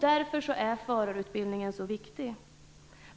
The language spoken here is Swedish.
Därför är förarutbildningen så viktig.